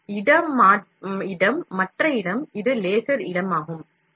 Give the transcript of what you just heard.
ஒரு இடம் மற்ற இடம் இது லேசர் இடமாகும்